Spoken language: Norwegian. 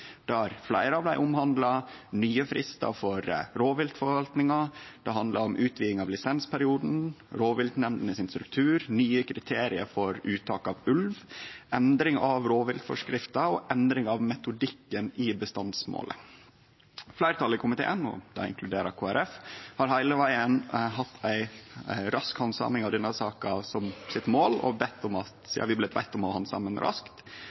der fleire av dei omhandlar nye fristar for rovviltforvaltinga, det handlar om utviding av lisensperioden, strukturen til rovviltnemndene, nye kriterium for uttak av ulv, endring av rovviltforskrifta og endring av metodikken i bestandsmålet. Fleirtalet i komiteen – og det inkluderer Kristeleg Folkeparti – har heile vegen hatt ei rask handsaming av denne saka som sitt mål, sidan vi har blitt bedne om å handsame ho raskt.